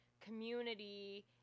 community